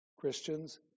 Christians